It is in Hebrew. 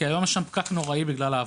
כי היום יש שם פקק נוראי בגלל העבודות.